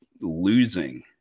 losing